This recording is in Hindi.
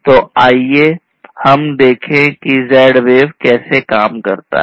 तो आइए हम देखें कि Z wave कैसे काम करता है